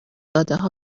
دادهها